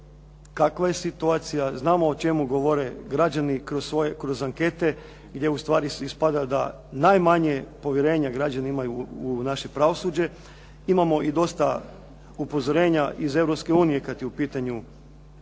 kakva je situacija, znamo o čemu govore građani kroz ankete i da ustvari ispada da najmanje povjerenja građani imaju u naše pravosuđe. Imamo i dosta upozorenja iz Europske unije